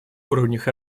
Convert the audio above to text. уровнях